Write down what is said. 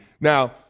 Now